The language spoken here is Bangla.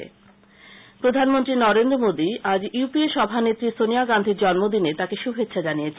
শুভেচ্ছা প্রধানমন্ত্রী নরেন্দ্র মোদী আজ ইউ পি এ সভানেত্রী সোনিয়া গান্ধীর জন্মদিনে তাঁকে শুভেচ্ছা জানিয়েছেন